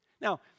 Now